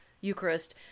Eucharist